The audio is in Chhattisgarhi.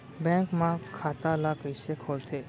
बैंक म खाता ल कइसे खोलथे?